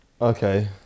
Okay